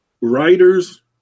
writers